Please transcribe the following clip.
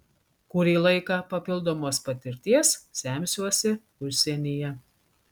kurį laiką papildomos patirties semsiuosi užsienyje